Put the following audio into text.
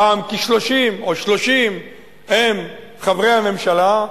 הפעם 30, הם חברי הממשלה,